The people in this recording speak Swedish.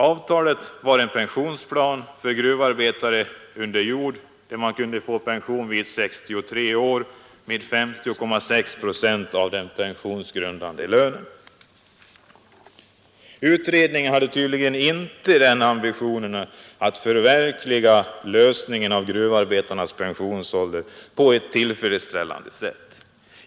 Avtalet var en pensionsplan enligt vilken gruvarbetare under jord kunde få pension vid 63 års ålder med 50,6 procent av den pensionsgrundande lönen. Kommittén hade tydligen inte ambitionen att verkligen lösa frågan om gruvarbetarnas pensionsålder på ett tillfredsställande sätt.